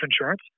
insurance